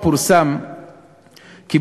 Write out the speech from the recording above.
עכשיו,